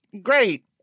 Great